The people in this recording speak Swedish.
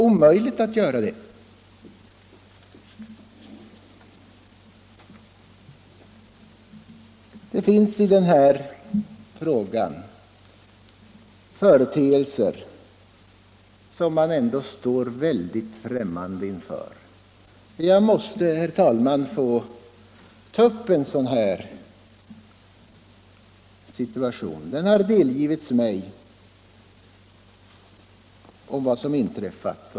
— Om översyn av Det finns i den här frågan företeelser som man ändå står väldigt främ — vapenfrilagen mande inför. Jag måste, herr talman, få ta upp en sådan här situation som den har delgivits mig.